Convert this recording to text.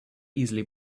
easily